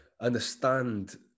understand